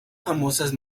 famosas